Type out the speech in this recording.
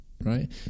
right